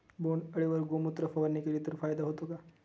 बोंडअळीवर गोमूत्र फवारणी केली तर फायदा होतो का?